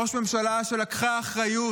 ראש ממשלה שלקחה אחריות,